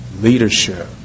leadership